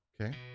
Okay